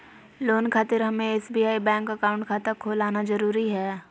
Loan खातिर हमें SBI bank account खाता खोल आना जरूरी है?